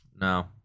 no